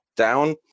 down